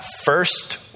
First